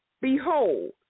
Behold